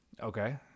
okay